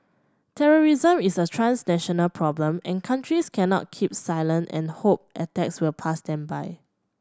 terrorism is a transnational problem and countries cannot keep silent and hope attacks will pass them by